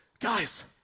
guys